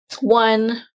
One